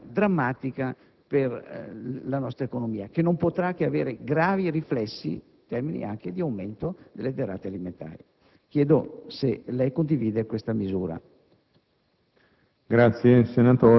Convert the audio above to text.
è una misura drammatica per la nostra economia, che non potrà che avere gravi riflessi in termini di aumento dei prezzi delle derrate alimentari. Vorrei sapere se lei condivide questa misura.